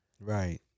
Right